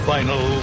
Final